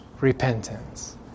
repentance